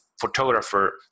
photographer